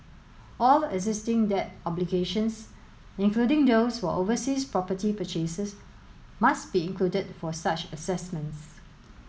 all existing debt obligations including those for overseas property purchases must be included for such assessments